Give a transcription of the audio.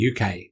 UK